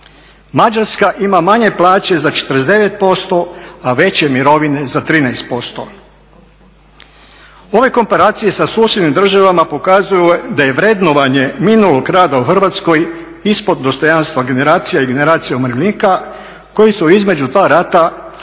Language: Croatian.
Mađarska ima manje plaće za 49% a veće mirovine za 13%. Ove komparacije sa susjednim državama pokazuju da je vrednovanje minulog rada u Hrvatskoj ispod dostojanstva generacija i generacija umirovljenika koji su između dva rata gradili